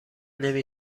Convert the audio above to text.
نمی